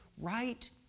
right